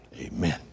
Amen